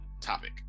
topic